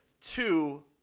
two